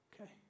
okay